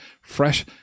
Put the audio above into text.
fresh